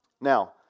Now